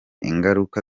ingaruka